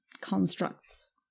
constructs